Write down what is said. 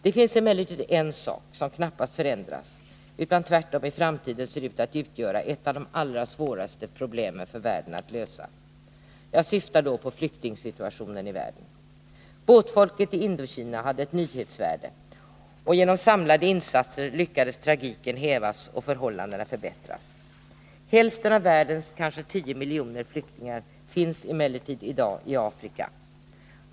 Det finns emellertid en sak som knappast förändras, utan som tvärtom ser ut att bli ett av de allra svåraste problemen för världen att lösa i framtiden. Jag syftar på flyktingsituationen i världen. Båtfolket i Indokina hade ett nyhetsvärde, och genom samlade insatser lyckades tragiken hävas och förhållandena förbättras. Hälften av världens kanske 10 miljoner flyktingar finns emellertid i dag i Afrika.